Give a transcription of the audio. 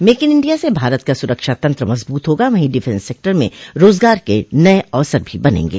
make in India से भारत का सुरक्षा तंत्र मजबूत होगा वहीं डिफेंस सेक्टर में रोजगार के नये अवसर भी बनेंगे